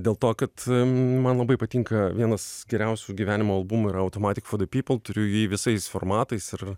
dėl to kad man labai patinka vienas geriausių gyvenimo albumų yra automatic for the people turiu jį visais formatais ir